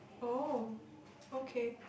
oh okay